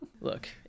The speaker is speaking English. Look